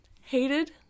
hated